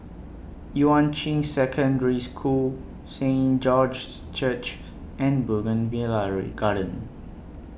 Yuan Ching Secondary School Saint George's Church and Garden